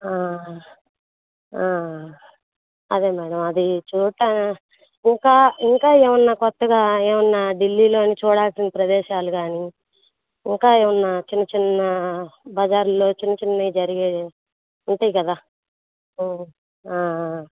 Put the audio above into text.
అదే మేడం అది చూట ఇంకా ఇంకా ఏమైనా కొత్తగా ఏమైనా ఢిల్లీలోని చూడాల్సిన ప్రదేశాలు కానీ ఇంకా ఏమైనా చిన్న చిన్న బజార్లో చిన్న చిన్నవి జరిగేవి ఉంటాయి కదా